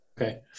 Okay